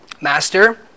Master